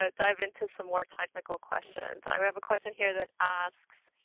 ah dive into some more technical questions. i have a question here that asks,